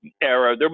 era